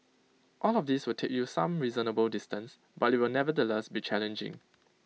all of these will take you some reasonable distance but IT will nevertheless be challenging